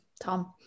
Tom